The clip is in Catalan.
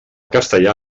castellà